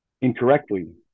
incorrectly